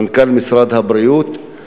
מנכ"ל משרד הבריאות.